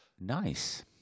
Nice